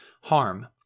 harm